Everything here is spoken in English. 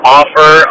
offer